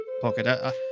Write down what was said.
pocket